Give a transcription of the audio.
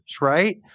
right